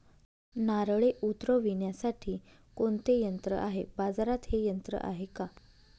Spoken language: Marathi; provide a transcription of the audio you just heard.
नारळे उतरविण्यासाठी कोणते यंत्र आहे? बाजारात हे यंत्र आहे का?